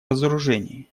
разоружении